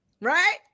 right